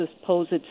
supposed